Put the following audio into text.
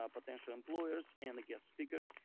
ah potential employers and the guest speakers,